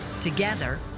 Together